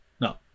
no